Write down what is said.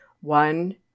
One